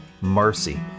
mercy